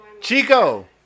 Chico